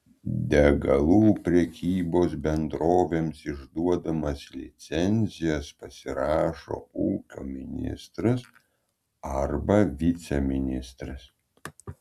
degalų prekybos bendrovėms išduodamas licencijas pasirašo ūkio ministras arba viceministras